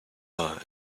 are